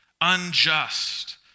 unjust